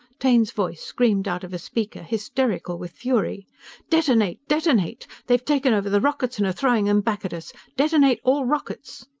taine's voice screamed out of a speaker, hysterical with fury detonate! detonate! they've taken over the rockets and are throwing em back at us! detonate all rockets!